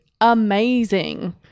amazing